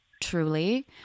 truly